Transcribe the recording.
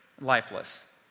lifeless